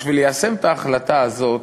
בשביל ליישם את ההחלטה הזאת,